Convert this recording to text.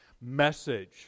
message